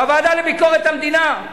בוועדה לביקורת המדינה,